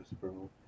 bro